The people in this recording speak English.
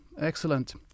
excellent